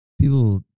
people